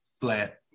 Flat